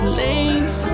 lanes